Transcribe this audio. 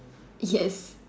yes